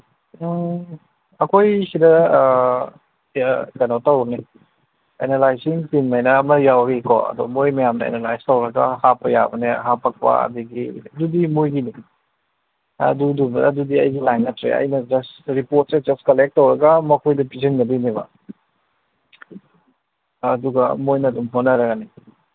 ꯎꯝ ꯑꯩꯈꯣꯏ ꯁꯤꯗ ꯀꯌꯥ ꯀꯩꯅꯣ ꯇꯧꯕꯅꯤ ꯑꯦꯅꯂꯥꯏꯖꯤꯡ ꯇꯤꯝ ꯍꯥꯏꯅ ꯑꯃ ꯌꯥꯎꯔꯤꯀꯣ ꯃꯣꯏ ꯃꯌꯥꯝꯅ ꯑꯦꯅꯂꯥꯏꯖ ꯇꯧꯔꯒ ꯍꯥꯞꯄ ꯌꯥꯕꯅ ꯍꯥꯞꯄꯛꯄ ꯑꯗꯒꯤ ꯑꯗꯨꯗꯤ ꯃꯣꯏꯒꯤꯅꯦ ꯑꯗꯨꯗꯨꯃ ꯑꯗꯨꯗꯤ ꯑꯩꯒꯤ ꯂꯥꯏꯟ ꯅꯠꯇ꯭ꯔꯦ ꯑꯩꯅ ꯖꯁ ꯔꯤꯄꯣꯔꯠꯁꯦ ꯖꯁ ꯀꯂꯦꯛ ꯇꯧꯔꯒ ꯃꯈꯣꯏꯗ ꯄꯤꯁꯤꯟꯒꯗꯣꯏꯅꯦꯕ ꯑꯗꯨꯒ ꯃꯣꯏꯅ ꯑꯗꯨꯝ ꯍꯣꯠꯅꯔꯛꯑꯅꯤ